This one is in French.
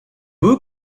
vous